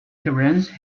terence